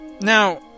Now